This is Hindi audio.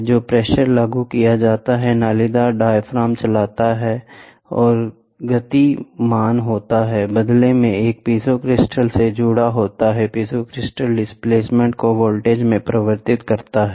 तो प्रेशर लागू किया जाता है नालीदार डायाफ्राम चलता है और यह गति मान होता है बदले में एक पीजो क्रिस्टल से जुड़ा होता है पीजो क्रिस्टल डिस्प्लेसमेंट को वोल्टेज में परिवर्तित करता है